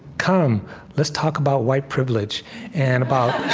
come let's talk about white privilege and about,